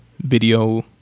video